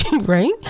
right